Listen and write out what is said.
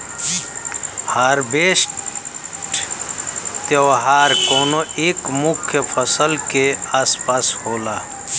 harvest त्यौहार कउनो एक मुख्य फसल के आस पास होला